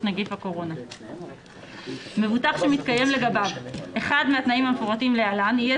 נגיף הקורונה מבוטח שמתקיים לגביו אחד מהתנאים המפורטים להלן יהיה